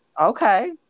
okay